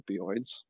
opioids